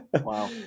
Wow